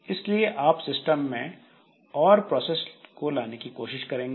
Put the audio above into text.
इसलिए आप सिस्टम में और प्रोसेस को लाने की कोशिश करेंगे